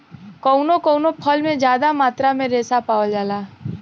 कउनो कउनो फल में जादा मात्रा में रेसा पावल जाला